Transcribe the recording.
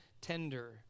tender